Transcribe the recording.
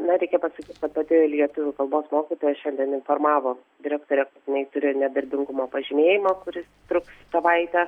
na reikia pasakyt kad pati lietuvių kalbos mokytoja šiandien informavo direktorę kad jinai turi nedarbingumo pažymėjimą kuris truks savaitę